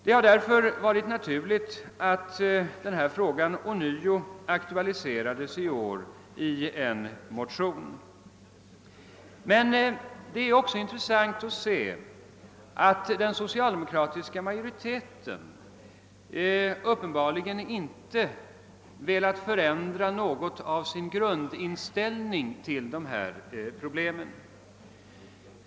Det har därför varit naturligt att denna fråga i år ånyo aktualiserats i en motion. Men det är också intressant att se att den socialdemokratiska majoriteten uppenbarligen inte velat förändra något av sin grundinställning till detta problem.